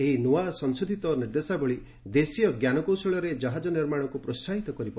ଏହି ନ୍ତିଆ ସଂଶୋଧିତ ନିର୍ଦ୍ଦେଶାବଳୀ ଦେଶୀୟ ଜ୍ଞାନକୌଶଳରେ ଜାହାଜ ନିର୍ମାଣକୁ ପ୍ରୋହାହିତ କରିବ